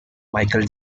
michael